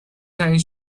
تعیین